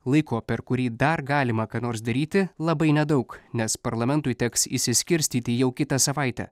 laiko per kurį dar galima ką nors daryti labai nedaug nes parlamentui teks išsiskirstyti jau kitą savaitę